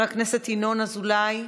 חבר הכנסת ינון אזולאי,